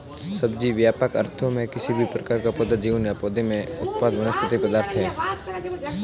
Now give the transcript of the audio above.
सब्जी, व्यापक अर्थों में, किसी भी प्रकार का पौधा जीवन या पौधे उत्पाद वनस्पति पदार्थ है